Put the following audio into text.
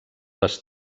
les